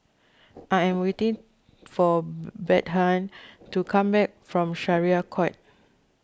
I am waiting for Bethann to come back from Syariah Court